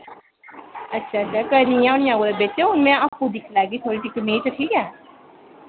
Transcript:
अच्छा अच्छा करी गेइयां होनियां कुतै बिच हून में आपूं दिक्खी लैह्गी थुआढ़ी कमीज ठीक ऐ